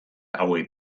hauek